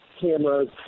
cameras